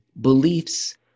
beliefs